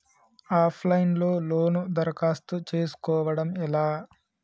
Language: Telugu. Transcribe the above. ఆఫ్ లైన్ లో లోను దరఖాస్తు చేసుకోవడం ఎలా?